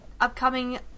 upcoming